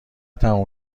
تموم